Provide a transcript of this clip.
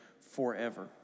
forever